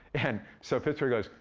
and so, fitzroy goes,